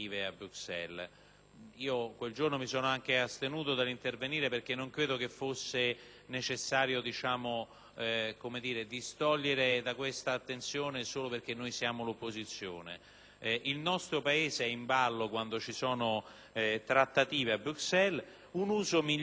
Quel giorno mi sono anche astenuto dall'intervenire perché non credevo fosse necessario distogliere l'attenzione solo perché noi siamo l'opposizione. Il nostro Paese è in ballo quando ci sono trattative a Bruxelles ed un uso migliore dei fondi